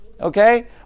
Okay